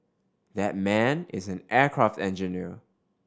that man is an aircraft engineer